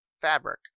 fabric